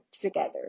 together